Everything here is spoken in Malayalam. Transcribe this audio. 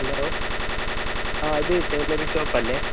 ഹലോ ആ ഇത് ടൈലറിംഗ് ഷോപ്പ് അല്ലേ